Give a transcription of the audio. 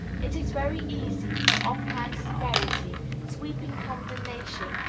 it is very easy for off-hand severity, sweeping condemnation,